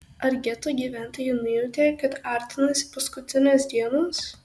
ar geto gyventojai nujautė kad artinasi paskutinės dienos